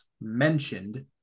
mentioned